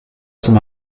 son